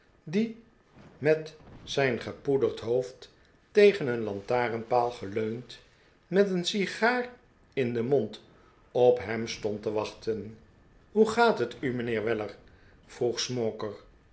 die met zijn gepoederd hoofd tegen een lantaarnpaal geleund met een sigaar in den mond op hem stond te wachten hoe gaat het u mijnheer weller